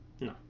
no